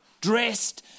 dressed